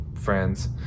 friends